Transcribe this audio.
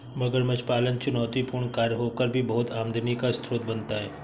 मगरमच्छ पालन चुनौतीपूर्ण कार्य होकर भी बहुत आमदनी का स्रोत बनता है